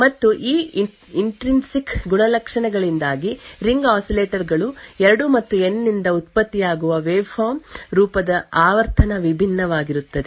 ಮತ್ತು ಈ ಇಂಟ್ರಿನ್ಸಿಕ್ ಗುಣಲಕ್ಷಣಗಳಿಂದಾಗಿ ರಿಂಗ್ ಆಸಿಲೇಟರ್ ಗಳು 2 ಮತ್ತು ಎನ್ ನಿಂದ ಉತ್ಪತ್ತಿಯಾಗುವ ವಾವೆಫಾರ್ಮ್ ರೂಪದ ಆವರ್ತನ ವಿಭಿನ್ನವಾಗಿರುತ್ತದೆ